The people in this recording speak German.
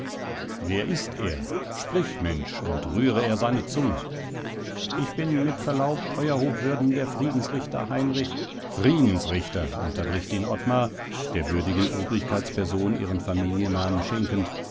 wer ist er sprich mensch und rühre er seine zunge ich bin mit verlaub eurer hochwürden der friedensrichter heinrich friedensrichter unterbricht ihn ottmar der würdigen obrigkeitsperson ihren familiennamen schenkend